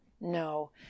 no